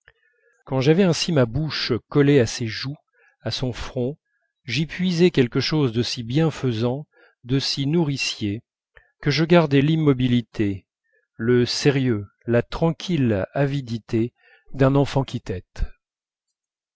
quand j'avais ainsi ma bouche collée à ses joues à son front j'y puisais quelque chose de si bienfaisant de si nourricier que je gardais l'immobilité le sérieux la tranquille avidité d'un enfant qui tette